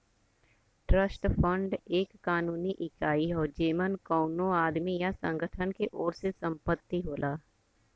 trust fund एक कानूनी इकाई हौ जेमन कउनो आदमी या संगठन के ओर से संपत्ति होला